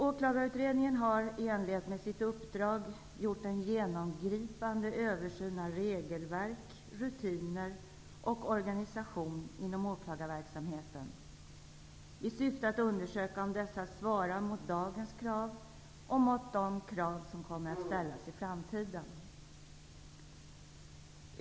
Åklagarutredningen har i enlighet med sitt uppdrag gjort en genomgripande översyn av regelverk, rutiner och organisation inom åklagarmyndigheten i syfte att undersöka om dessa svarar mot dagens krav och de krav som kommer att ställas i framtiden.